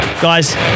Guys